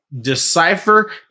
decipher